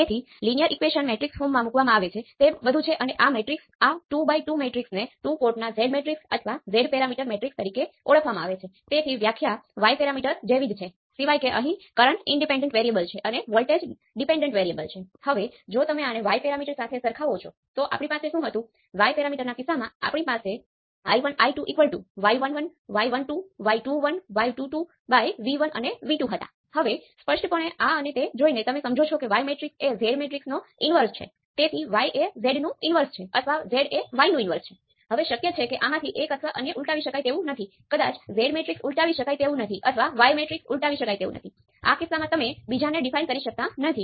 તેથી આ ચોક્કસ સર્કિટ માટે આપણી પાસે y h અને g પેરામિટર છે જે સારી રીતે ડિફાઇન છે પરંતુ z પેરામિટર તમે તેને ડિફાઇન કરી શકતા નથી